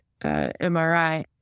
MRI